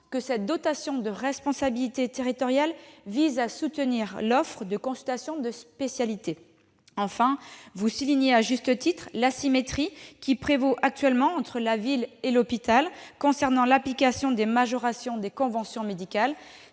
que cette dotation de responsabilité territoriale vise à soutenir l'offre de consultations de spécialités. Enfin, vous soulignez à juste titre l'asymétrie qui prévaut actuellement entre la ville et l'hôpital concernant l'application des majorations des conventions médicales.